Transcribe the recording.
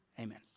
Amen